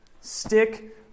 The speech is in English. Stick